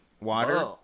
water